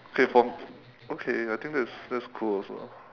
okay from okay I think that's that's cool also lah